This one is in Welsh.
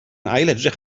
ailedrych